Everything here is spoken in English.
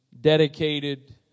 dedicated